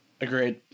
Agreed